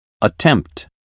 Attempt